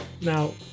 Now